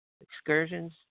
excursions